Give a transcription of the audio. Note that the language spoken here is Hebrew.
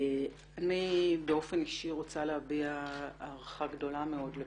אני באופן אישי רוצה להביע הערכה גדולה מאוד לפועלך.